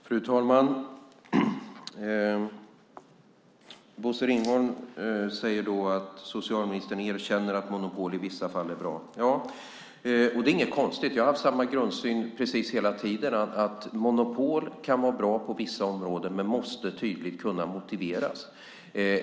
Fru talman! Bosse Ringholm säger att socialministern erkänner att monopol är bra i vissa fall. Det är inte något konstigt. Jag har haft samma grundsyn hela tiden. Monopol kan vara bra på vissa områden, men måste tydligt kunna motiveras.